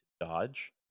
dodge